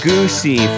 Goosey